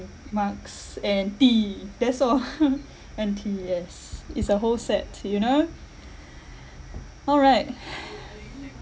mugs and tea that's all and tea yes is a whole set you know alright